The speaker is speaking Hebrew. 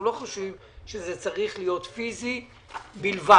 אנחנו לא חושבים שזה צריך להיות פיזי בלבד.